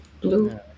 blue